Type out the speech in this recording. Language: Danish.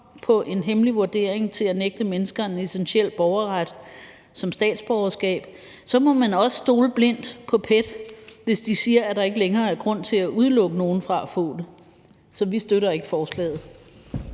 på en hemmelig vurdering til at nægte mennesker en essentiel borgerret som statsborgerskab, må man også stole blindt på PET, hvis de siger, at der ikke længere er grund til at udelukke nogen fra at få det. Så vi støtter ikke forslaget.